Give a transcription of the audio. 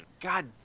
God